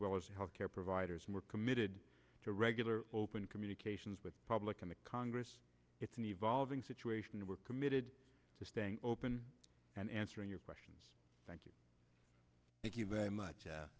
well as health care providers and we're committed to regular open communications with the public and the congress it's an evolving situation we're committed to staying open and answering your questions thank you thank you very much